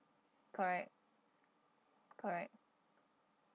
correct correct